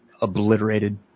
obliterated